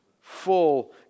full